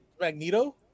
Magneto